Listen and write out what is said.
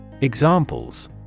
Examples